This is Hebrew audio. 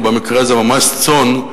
או במקרה הזה ממש צאן,